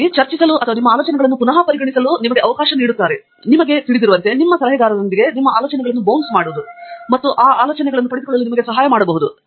ಹಾಗಾಗಿ ಚರ್ಚಿಸಲು ನಿಮ್ಮ ಆಲೋಚನೆಗಳನ್ನು ಮತ್ತೊಮ್ಮೆ ಪರಿಗಣಿಸಲು ನಿಮಗೆ ಅವಕಾಶ ನೀಡುತ್ತದೆ ಮತ್ತು ಬಹುಶಃ ನಿಮಗೆ ತಿಳಿದಿರುವಂತೆ ನಿಮ್ಮ ಸಲಹೆಗಾರರೊಂದಿಗೆ ನಿಮ್ಮ ಆಲೋಚನೆಗಳನ್ನು ಬೌನ್ಸ್ ಮಾಡುವುದು ಮತ್ತು ಆ ಅನುಭವವನ್ನು ಪಡೆದುಕೊಳ್ಳಲು ನಿಮಗೆ ಸಹಾಯ ಮಾಡಬಹುದು